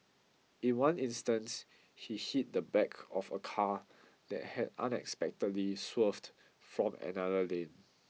in one instance he hit the back of a car that had unexpectedly swerved from another lane